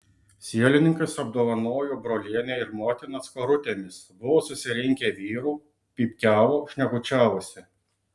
sielininkas apdovanojo brolienę ir motiną skarutėmis buvo susirinkę vyrų pypkiavo šnekučiavosi